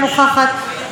אינה נוכחת,